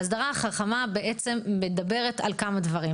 ההסדרה החכמה בעצם מדברת על כמה דברים.